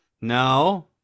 No